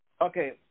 Okay